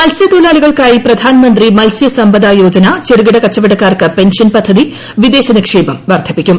മത്സൃ തൊഴിലാളികൾക്കായി പ്രധാൻമന്ത്രി മത്സൃ സമ്പദാ യോജനാ ചെറുകിട കച്ചവടക്കാർക്ക് പെൻഷൻ പദ്ധതി വിദേശനിക്ഷേപം വർദ്ധിപ്പിക്കും